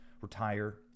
retire